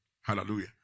Hallelujah